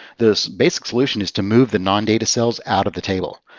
this basic solution is to move the non-data cells out of the table.